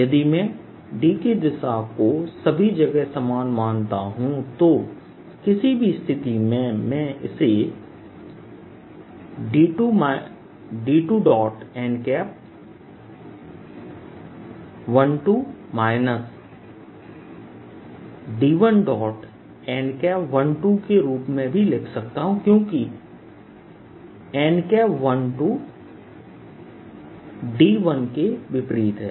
यदि मैं D की दिशा को सभी जगह समान मानता हूं तो किसी भी स्थिति में मैं इसे D2n12 D1n12 के रूप में भी लिख सकता हूं क्योंकि n12 D1के विपरीत है